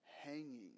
hanging